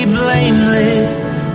blameless